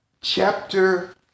chapter